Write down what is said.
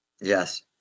Yes